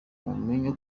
mumenye